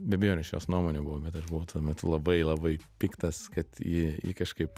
be abejonės čia jos nuomonė buvo bet aš buvo tuo metu labai labai piktas kad ji kažkaip